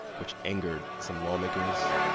which angered some lawmakers.